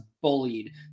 bullied